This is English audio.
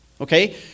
okay